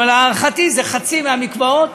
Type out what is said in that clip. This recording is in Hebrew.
אבל להערכתי חצי מהמקוואות